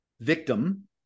victim